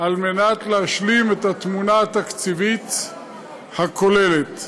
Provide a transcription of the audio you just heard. כדי להשלים את התמונה התקציבית הכוללת.